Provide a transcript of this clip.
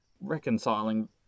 reconciling